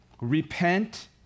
Repent